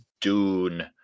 Dune